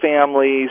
families